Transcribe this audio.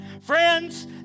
Friends